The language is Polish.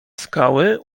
skały